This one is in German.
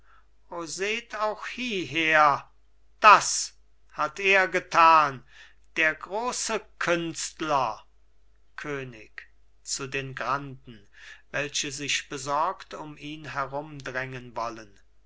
seht auch hieher das hat er getan der große künstler könig zu den granden welche sich besorgt um ihn herumdrängen wollen